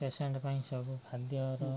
patient ପାଇଁ ସବୁ ଖାଦ୍ୟର